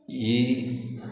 ही